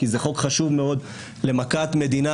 כי זה חוק חשוב מאוד למכת מדינה,